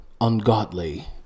ungodly